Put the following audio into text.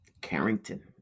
Carrington